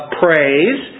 praise